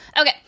Okay